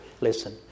listen